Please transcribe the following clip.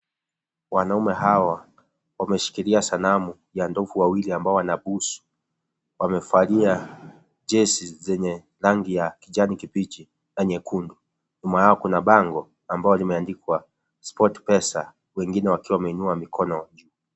Wanaume hawa wameshikilia sanamu ya ndovu wawili ambao wanabusu, wamevalia jezi zenye rangi ya kijani kibichi na nyekundu ,nyuma yao kuna bango ambalo limeandikwa Sport Pesa wengine wakiwa wameinua mikono.